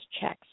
checks